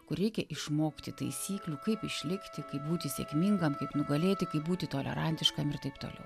kur reikia išmokti taisyklių kaip išlikti kaip būti sėkmingam kaip nugalėti kaip būti tolerantiškam ir taip toliau